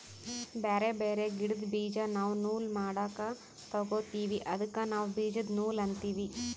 ಬ್ಯಾರೆ ಬ್ಯಾರೆ ಗಿಡ್ದ್ ಬೀಜಾ ನಾವ್ ನೂಲ್ ಮಾಡಕ್ ತೊಗೋತೀವಿ ಅದಕ್ಕ ನಾವ್ ಬೀಜದ ನೂಲ್ ಅಂತೀವಿ